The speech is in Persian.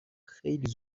خیلی